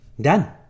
Done